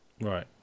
Right